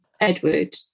Edward